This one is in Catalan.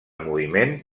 moviment